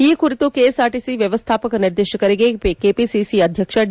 ಈ ಕುರಿತು ಕೆಎಸ್ಆರ್ಟಿಸಿ ವ್ಯವಸ್ಥಾಪಕ ನಿರ್ದೇಶಕರಿಗೆ ಕೆಪಿಸಿಸಿ ಅಧ್ಯಕ್ಷ ಡಿ